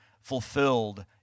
fulfilled